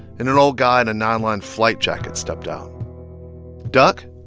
and an old guy in a nylon flight jacket stepped out duck?